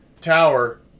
tower